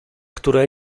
które